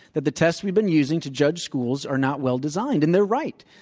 that the tests we've been using to judge schools are not well designed. and they're right.